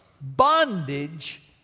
bondage